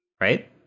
right